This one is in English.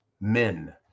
men